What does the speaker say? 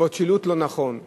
בעקבות שילוט לא נכון,